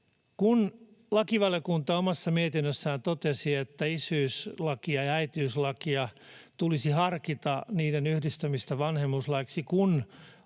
Koska lakivaliokunta omassa mietinnössään totesi, että isyyslain ja äitiyslain yhdistämistä vanhemmuuslaiksi